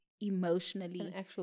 emotionally